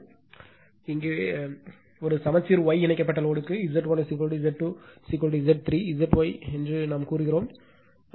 இதேபோல் இங்கே எனவே ஒரு சமச்சீர் Y இணைக்கப்பட்ட லோடுக்கு Z1 Z2 Z 3 ZY என்று ZY என்று கூறுகிறோம் நாம் Z Y என்று அழைக்கிறோம்